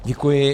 Děkuji.